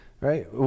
Right